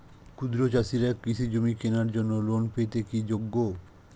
ক্ষুদ্র চাষিরা কৃষিজমি কেনার জন্য লোন পেতে কি যোগ্য?